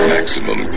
Maximum